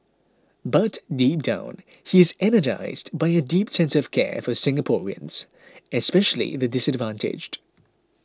but deep down he is energised by a deep sense of care for Singaporeans especially the disadvantaged